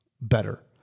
better